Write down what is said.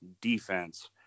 defense